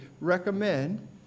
recommend